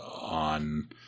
on